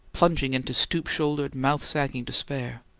plunging into stoop-shouldered, mouth-sagging despair.